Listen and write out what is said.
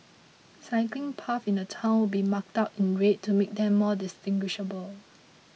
cycling paths in the town will be marked out in red to make them more distinguishable